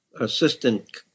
Assistant